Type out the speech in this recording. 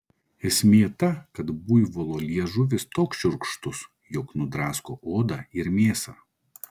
esmė ta kad buivolo liežuvis toks šiurkštus jog nudrasko odą ir mėsą